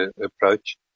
approach